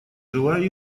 желаю